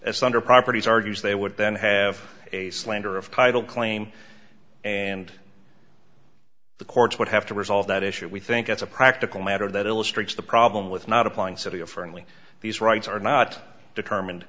as under properties argues they would then have a slander of title claim and the courts would have to resolve that issue we think that's a practical matter that illustrates the problem with not applying city or friendly these rights are not determined